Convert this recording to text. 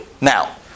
now